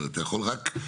אתה יכול רק,